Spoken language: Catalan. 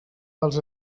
dels